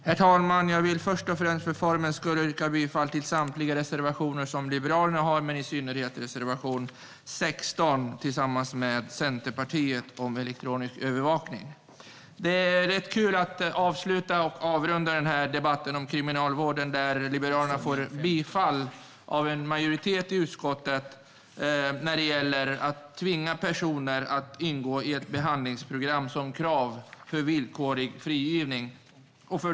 Herr talman! Jag vill först och främst för formens skulle yrka bifall till samtliga reservationer som Liberalerna har men i synnerhet till reservation 15, som vi har tillsammans med Centerpartiet, om elektronisk övervakning. Det är rätt kul att avsluta och avrunda den här debatten om Kriminalvården, där Liberalerna får bifall av en majoritet i utskottet när det gäller att man ska tvinga personer att ingå i ett behandlingsprogram som krav för villkorlig frigivning.